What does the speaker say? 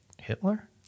Hitler